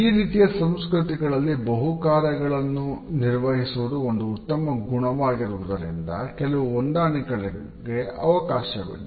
ಈ ರೀತಿಯ ಸಂಸ್ಕೃತಿಗಳಲ್ಲಿ ಬಹುಕಾರ್ಯಗಳನ್ನು ನಿರ್ವಹಿಸುವುದು ಒಂದು ಉತ್ತಮ ಗುಣವಾಗಿರುವುದರಿಂದ ಕೆಲವು ಹೊಂದಾಣಿಕೆಗಳಿಗೆ ಅವಕಾಶವಿದೆ